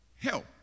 help